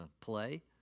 play